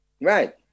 right